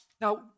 Now